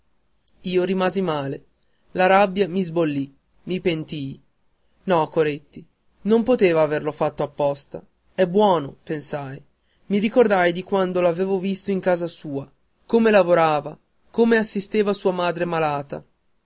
io rimasi male la rabbia mi sbollì mi pentii no coretti non poteva averlo fatto apposta è buono pensai i ricordai di quando l'avevo visto in casa sua come lavorava come assisteva sua madre malata